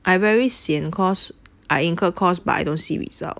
I very sian cause I incur costs but I don't see result